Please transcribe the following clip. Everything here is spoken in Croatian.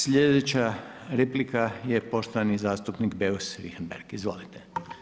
Sljedeća replika je poštovani zastupnik Beus Richembergh, izvolite.